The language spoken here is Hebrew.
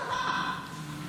בניגוד לכל מילת ההבטחה.